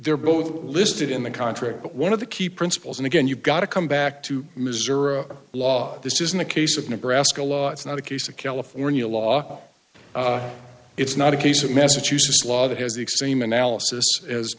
they're both listed in the contract but one of the key principles and again you've got to come back to missouri law this isn't a case of nebraska law it's not a case of california law it's not a case of massachusetts law that has extreme analysis as